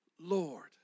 Lord